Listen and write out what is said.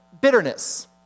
Bitterness